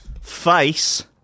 Face